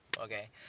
okay